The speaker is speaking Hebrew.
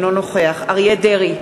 אינו נוכח אריה דרעי,